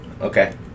Okay